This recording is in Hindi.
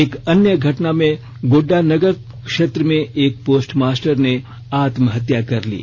एक अन्य घटना में गोड्डा नगर क्षेत्र में एक पोस्ट मास्टर ने आत्महत्या कर ली